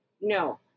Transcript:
no